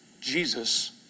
Jesus